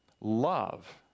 Love